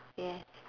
yes